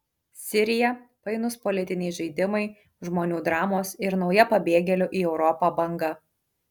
sirija painūs politiniai žaidimai žmonių dramos ir nauja pabėgėlių į europą banga